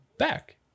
back